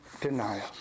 denial